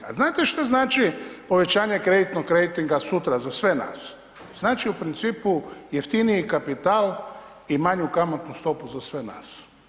A znate šta znači povećanje kreditnog rejtinga sutra za sve nas? znači u principu jeftiniji kapital i manju kamatnu stopu za sve nas.